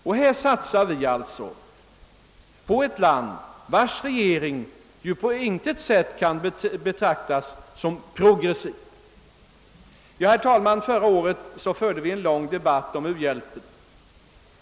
Och här satsar vi alltså på ett land vars regering ju på intet sätt kan betraktas som progressiv. Herr talman! Förra året förde vi en lång debatt om u-hjälpen.